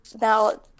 now